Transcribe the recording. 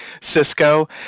Cisco